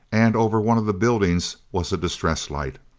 and over one of the buildings was a distress light!